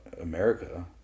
America